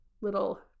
little